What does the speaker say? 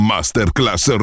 Masterclass